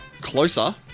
closer